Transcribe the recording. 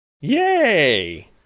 yay